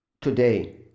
today